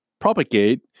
propagate